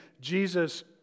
Jesus